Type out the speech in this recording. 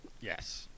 yes